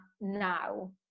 now